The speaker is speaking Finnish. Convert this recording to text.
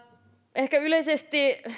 ehkä yleisesti